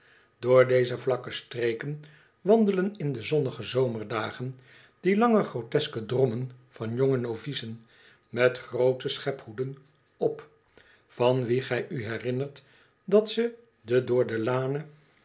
door deze vlakke streken wandelen in de zonnige zomerdagen die lange groteske drommen van jonge novicen met groote schephoeden op van wie g-y u herinnert dat ze den door de lanen